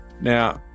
Now